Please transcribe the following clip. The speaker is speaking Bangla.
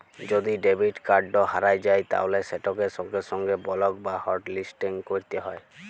যদি ডেবিট কাড়ট হারাঁয় যায় তাইলে সেটকে সঙ্গে সঙ্গে বলক বা হটলিসটিং ক্যইরতে হ্যয়